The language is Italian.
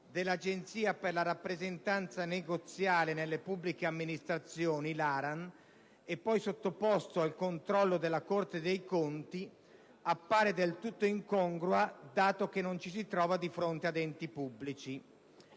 dell'Agenzia per la rappresentanza negoziale nelle pubbliche amministrazioni (ARAN) e poi sottoposto al controllo della Corte dei conti appare del tutto incongrua, dato che non ci si trova di fronte ad enti pubblici.